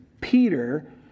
Peter